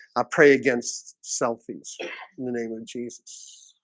i pray against selfies in the name of jesus.